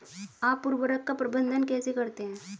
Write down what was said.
आप उर्वरक का प्रबंधन कैसे करते हैं?